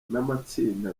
n’amatsinda